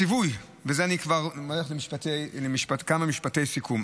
אני עובר לכמה משפטי סיכום.